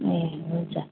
ए हुन्छ